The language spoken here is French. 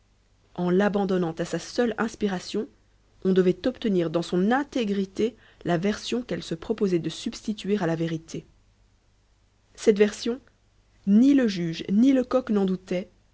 en l'abandonnant à sa seule inspiration on devait obtenir dans son intégrité la version qu'elle se proposait de substituer à la vérité cette version ni le juge ni lecoq n'en doutaient